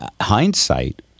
hindsight